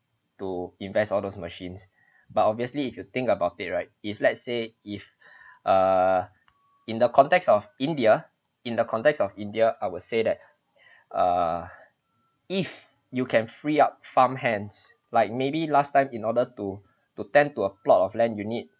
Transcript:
to invest all those machines but obviously if you think about it right if let's say if err in the context of india in the context of india I will say that err if you can free up farm hands like maybe last time in order to to tend to a plot of land you need